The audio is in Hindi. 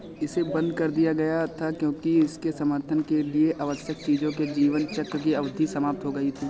इसे बंद कर दिया गया था क्योंकि इसके समर्थन के लिए आवश्यक चीज़ों के जीवन चक्र की अवधि समाप्त हो गई थी